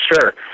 Sure